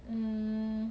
mm